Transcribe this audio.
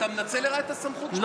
אתה מנצל לרעה את הסמכות שלך.